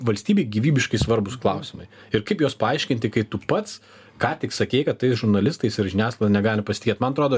valstybei gyvybiškai svarbūs klausimai ir kaip juos paaiškinti kai tu pats ką tik sakei kad tais žurnalistais ir žiniasklaida negali pasitikėt man atrodo